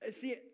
See